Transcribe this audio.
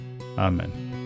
Amen